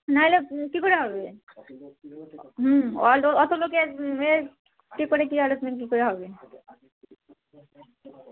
নাহলে কী করে হবে হুম অতো অতো লোকের ইয়ে কী করে কী অ্যারেজমেট কী করে হবে